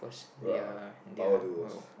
!wah! power duos